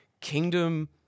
kingdom